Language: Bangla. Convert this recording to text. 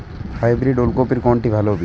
হাইব্রিড ওল কপির কোনটি ভালো বীজ?